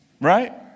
Right